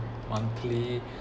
monthly